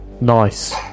Nice